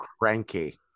cranky